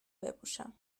بپوشم